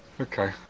Okay